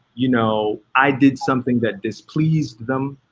you know, i did something that displeased them.